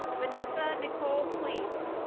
vanessa nicole klees.